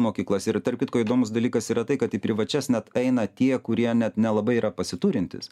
mokyklas ir tarp kitko įdomus dalykas yra tai kad į privačias net eina tie kurie net nelabai yra pasiturintys